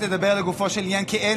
כל האליטה היא כזאת,